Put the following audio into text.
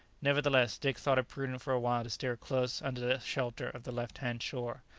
nevertheless dick thought it prudent for a while to steer close under the shelter of the left-hand shore.